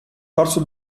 corso